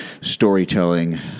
storytelling